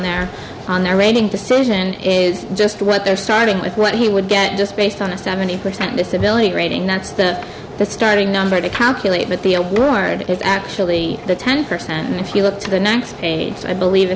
their on their reigning decision is just what they're starting with what he would get just based on a seventy percent disability rating that's the starting number to calculate but the award is actually the ten percent and if you look to the next page i believe i